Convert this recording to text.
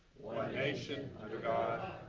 nation under god,